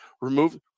remove